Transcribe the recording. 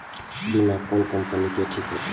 बीमा कोन कम्पनी के ठीक होते?